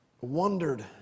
wondered